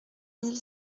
mille